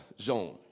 zone